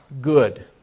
good